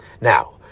Now